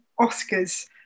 Oscars